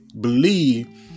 believe